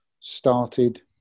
started